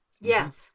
Yes